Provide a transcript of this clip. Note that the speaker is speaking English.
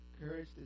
courage